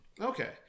Okay